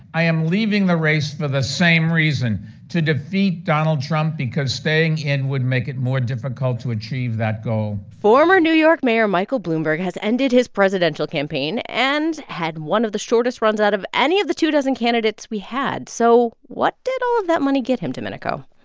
i am leaving the race for the same reason to defeat donald trump because staying in would make it more difficult to achieve that goal former new york mayor michael bloomberg has ended his presidential campaign and had one of the shortest runs out of any of the two dozen candidates we had. so what did all of that money get him, domenico?